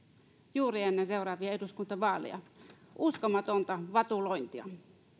juuri ennen seuraavia eduskuntavaaleja uskomatonta vatulointia